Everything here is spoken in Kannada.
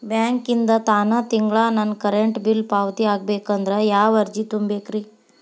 ಬ್ಯಾಂಕಿಂದ ತಾನ ತಿಂಗಳಾ ನನ್ನ ಕರೆಂಟ್ ಬಿಲ್ ಪಾವತಿ ಆಗ್ಬೇಕಂದ್ರ ಯಾವ ಅರ್ಜಿ ತುಂಬೇಕ್ರಿ?